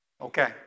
Okay